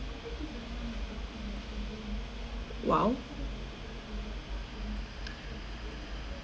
!wow!